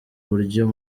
uburyo